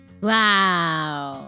Wow